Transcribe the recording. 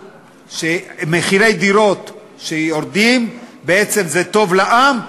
מחירי דירות שיורדים בעצם זה טוב לעם,